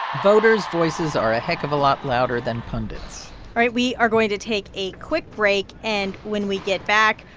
voters' voices are a heck of a lot louder than pundits all right. we are going to take a quick break. and when we get back,